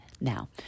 Now